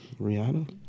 Rihanna